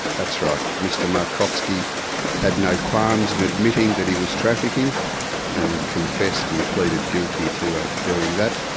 that's right. mr markovski had no qualms in admitting that he was trafficking and confessed, and pleaded guilty to ah doing that.